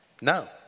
No